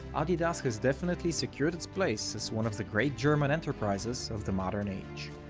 adidas has definitely secured its place as one of the great german enterprises of the modern age.